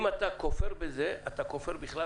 אם אתה כופר בזה, אתה כופר בכלל